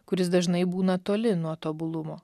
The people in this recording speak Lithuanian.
kuris dažnai būna toli nuo tobulumo